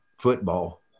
football